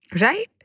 Right